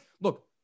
look